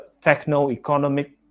techno-economic